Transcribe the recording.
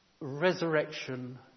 resurrection